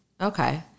Okay